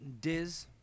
Diz